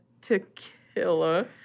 tequila